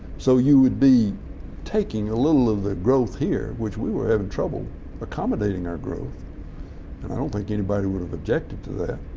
so you would be taking a little of the growth here, which we were having trouble accommodating our growth and i don't think anybody would have objected to that,